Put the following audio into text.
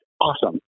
awesome